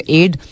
aid